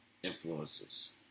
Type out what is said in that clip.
influences